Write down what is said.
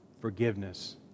forgiveness